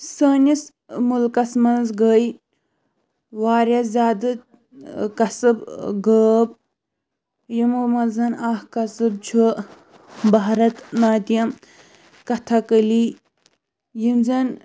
سٲنِس مُلکَس منٛز گٔے واریاہ زیادٕ قَصٕب غٲب یِمو منٛز اَکھ قَصٕب چھُ بھارَت ناتیَم کَتھہ کلی یِم زَن